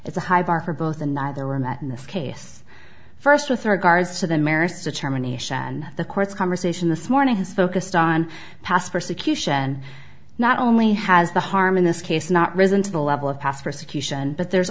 it's a high bar for both and neither were met in this case first with regard to the merits determination and the court's conversation this morning has focused on past persecution not only has the harm in this case not risen to the level of past persecution but there's